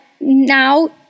now